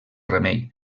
remei